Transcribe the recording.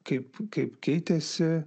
kaip kaip keitėsi